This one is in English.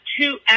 two